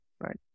right